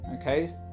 Okay